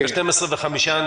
זה לא נורמלי